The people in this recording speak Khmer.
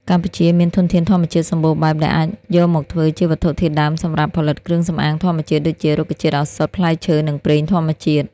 កម្ពុជាមានធនធានធម្មជាតិសម្បូរបែបដែលអាចយកមកធ្វើជាវត្ថុធាតុដើមសម្រាប់ផលិតគ្រឿងសម្អាងធម្មជាតិដូចជា រុក្ខជាតិឱសថ ផ្លែឈើ និងប្រេងធម្មជាតិ។